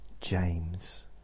James